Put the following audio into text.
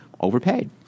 overpaid